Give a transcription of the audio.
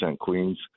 Queens